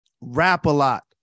Rap-A-Lot